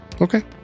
Okay